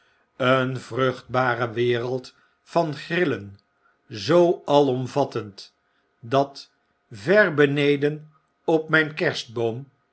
een vruchtbare wereld van grillen zoo alomyattend dat ver berieden op mijn kerstboom